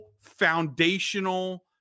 foundational